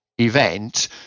event